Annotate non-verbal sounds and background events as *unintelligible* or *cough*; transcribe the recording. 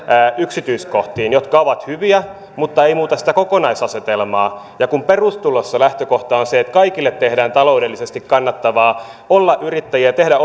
yksityiskohtiin jotka ovat hyviä mutta eivät muuta sitä kokonaisasetelmaa ja kun perustulossa lähtökohta on se että kaikille tehdään taloudellisesti kannattavaksi olla yrittäjiä ja tehdä *unintelligible*